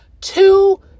Two